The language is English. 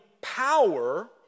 power